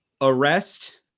arrest